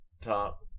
top